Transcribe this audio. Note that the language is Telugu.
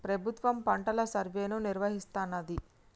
ప్రభుత్వం పంటల సర్వేను నిర్వహిస్తానంది